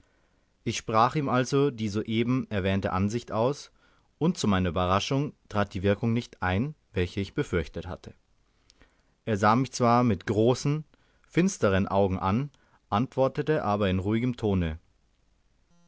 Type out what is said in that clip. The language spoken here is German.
ich sprach ihm also die soeben erwähnte ansicht aus und zu meiner ueberraschung trat die wirkung nicht ein welche ich befürchtet hatte er sah mich zwar mit großen finstern augen an antwortete aber in ruhigem tone